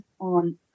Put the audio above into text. on